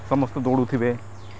ସମସ୍ତେ ଦୌଡ଼ୁଥିବେ